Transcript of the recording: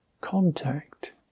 Contact